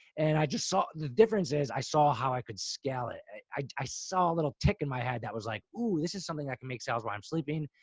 and i just saw the differences. i saw how i could scale it. i i saw a little tick in my head that was like, ooh, this is something i can make sales while i'm sleeping.